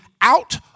out